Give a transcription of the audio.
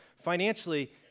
Financially